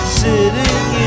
sitting